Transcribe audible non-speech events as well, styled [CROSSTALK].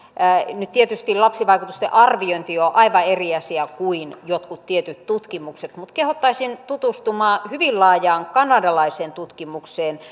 nyt tietysti lapsivaikutusten arviointi on aivan eri asia kuin jotkut tietyt tutkimukset mutta kehottaisin tutustumaan hyvin laajaan kanadalaiseen tutkimukseen [UNINTELLIGIBLE]